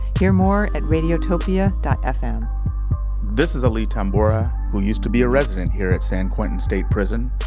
hear more at radiotopia fm this is ali tambora, who used to be a resident here at san quentin state prison.